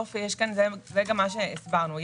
זה גם מה שהסברנו.